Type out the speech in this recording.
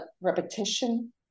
repetition